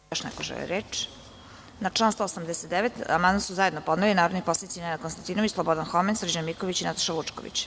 Da li još neko želi reč? (Ne.) Na član 189. amandman su zajedno podneli narodni poslanici Nenad Konstantinović, Slobodan Homen, Srđan Miković i Nataša Vučković.